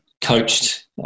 coached